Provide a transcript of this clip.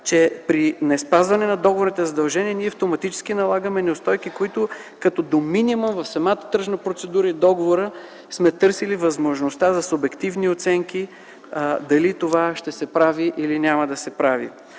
че при неспазване на договорните задължения ние автоматично налагаме неустойки, които като до минимум в самата тръжна процедура и в договора сме търсили възможността за субективни оценки дали това ще се прави, или няма да се прави.